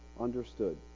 understood